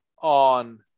on